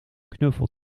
knuffel